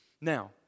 Now